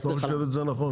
את לא חושבת שזה נכון?